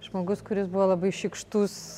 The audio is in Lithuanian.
žmogus kuris buvo labai šykštus